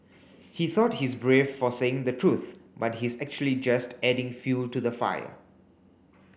he thought he's brave for saying the truth but he's actually just adding fuel to the fire